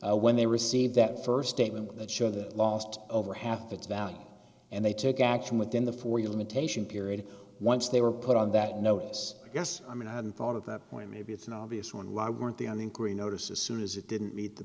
injury when they received that first statement that showed the lost over half its value and they took action within the four year limitation period once they were put on that note i guess i mean i hadn't thought of that point maybe it's an obvious one why weren't they on the inquiry notice as soon as it didn't meet the